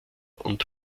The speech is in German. und